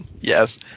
Yes